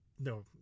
No